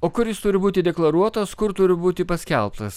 o kur jis turi būti deklaruotas kur turi būti paskelbtas